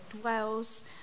dwells